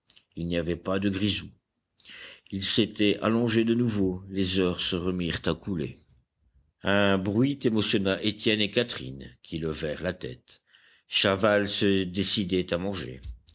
il n'y avait pas de grisou ils s'étaient allongés de nouveau les heures se remirent à couler un bruit émotionna étienne et catherine qui levèrent la tête chaval se décidait à manger